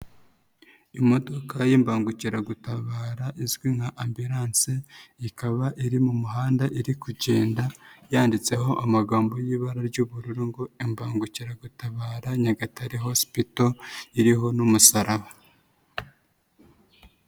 Imodoka y'imbangukiragutabara izwi nka ambulance ikaba iri mu muhanda, iri kugenda yanditseho amagambo y’ibara ry’ubururu ngo imbangukiragutabara Nyagatare hospital iriho n’umusaraba.